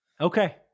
Okay